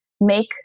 make